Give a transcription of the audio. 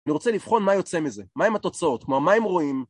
אני רוצה לבחון מה יוצא מזה. מה הם התוצאות. מה הם רואים?